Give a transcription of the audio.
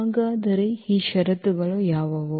ಹಾಗಾದರೆ ಈ ಷರತ್ತುಗಳು ಯಾವುವು